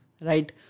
right